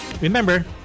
Remember